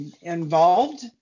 involved